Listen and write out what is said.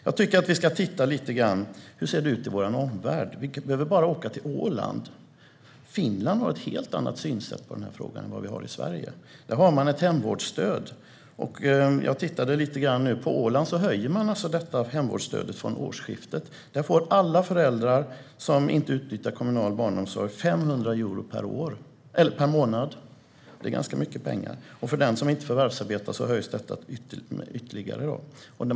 Jag tycker också att vi ska titta lite grann på hur det ser ut i vår omvärld. Vi behöver bara åka till Åland. Finland har ett helt annat synsätt på den här frågan än vi har i Sverige. Där har man ett hemvårdsstöd. Jag såg att på Åland höjer man detta hemvårdsstöd från årsskiftet. Där får alla föräldrar som inte utnyttjar kommunal barnomsorg 500 euro per månad. Det är ganska mycket pengar. För den som inte förvärvsarbetar höjs stödet ytterligare.